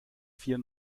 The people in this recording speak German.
vier